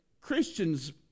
Christians